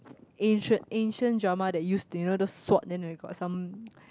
ancient ancient drama that used you know those sword then they got some